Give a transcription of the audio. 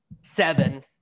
Seven